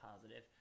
positive